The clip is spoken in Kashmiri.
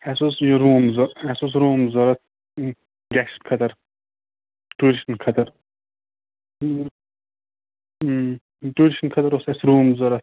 ہَے اَسہِ اوس یہِ روٗم ضروٗرت اَسہِ اوس روٗم ضروٗرت گیٚسٹ خٲطرٕ ٹوٗرِسٹَن خٲطرٕ ٹوٗرِسٹَن خٲطرٕ اوس اَسہِ روٗم ضروٗرت